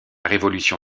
révolution